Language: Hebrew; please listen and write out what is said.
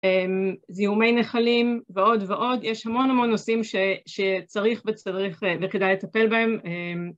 אמ.. זיהומי נחלים ועוד ועוד, יש המון המון נושאים שצריך וצריך וכדאי לטפל בהם